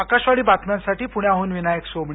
आकाशवाणी बातम्यांसाठी प्ण्याह्न विनायक सोमणी